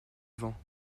vent